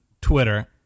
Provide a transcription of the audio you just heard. Twitter